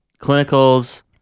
clinicals